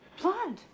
blood